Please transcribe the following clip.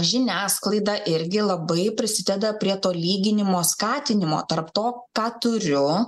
žiniasklaida irgi labai prisideda prie to lyginimo skatinimo tarp to ką turiu